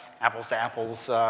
apples-to-apples